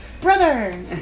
brother